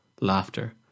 Laughter